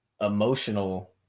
emotional